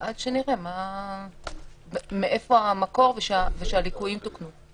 עד שנראה מאיפה המקור ושהליקויים תוקנו.